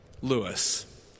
Lewis